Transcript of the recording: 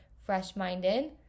fresh-minded